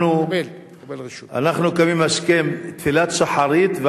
אנחנו קמים השכם לתפילת שחרית,